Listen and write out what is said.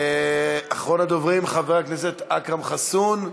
אחרון הדוברים, חבר הכנסת אכרם חסון,